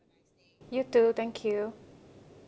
you too thank you